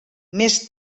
més